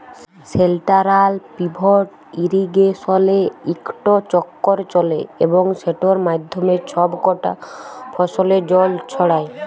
central pivot ইরিগেসলে ইকট চক্কর চলে এবং সেটর মাধ্যমে ছব কটা ফসলে জল ছড়ায়